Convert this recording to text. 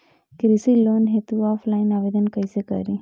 कृषि लोन हेतू ऑफलाइन आवेदन कइसे करि?